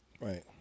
right